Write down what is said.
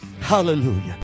hallelujah